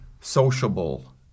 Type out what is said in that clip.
sociable